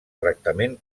tractament